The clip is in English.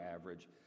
average